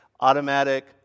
Automatic